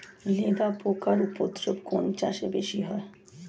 লেদা পোকার উপদ্রব কোন চাষে বেশি হয়?